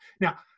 Now